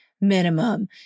minimum